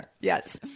Yes